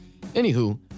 Anywho